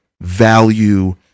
value